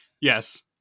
Yes